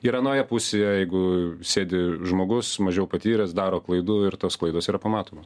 ir anoje pusėje jeigu sėdi žmogus mažiau patyręs daro klaidų ir tos klaidos yra pamatomos